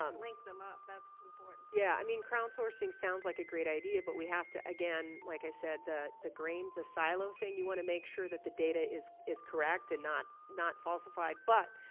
um link them up, that's important. yeah, i mean, crowdsourcing sounds like a great idea, but we have to, again like i said, the the grain, the silo thing. you wanna make sure that the data is is correct and not not falsified. but,